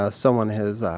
ah someone has, ah,